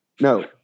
No